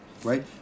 Right